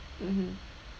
mmhmm